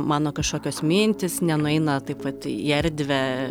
mano kažkokios mintys nenueina taip vat į erdvę